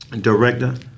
Director